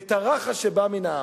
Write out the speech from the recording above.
את הרחש שבא מן העם.